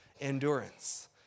endurance